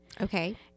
Okay